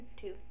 two